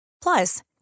Plus